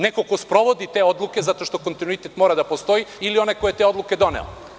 Neko ko sprovodi te odluke zato što kontinuitet mora da postoji, ili onaj ko je te odluke doneo.